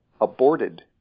aborted